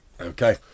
Okay